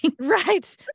right